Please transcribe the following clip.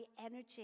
energy